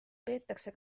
peetakse